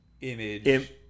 image